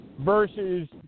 versus